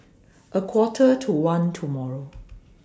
A Quarter to one tomorrow